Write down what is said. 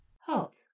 Hot